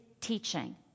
teaching